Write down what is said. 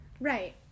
Right